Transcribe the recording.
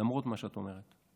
למרות מה שאת אומרת.